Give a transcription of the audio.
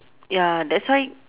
ya that's why